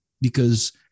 because-